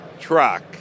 truck